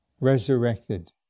resurrected